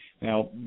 Now